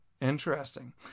Interesting